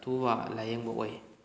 ꯑꯊꯨꯕ ꯂꯥꯏꯌꯦꯡꯕ ꯑꯣꯏ